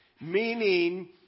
Meaning